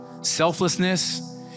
selflessness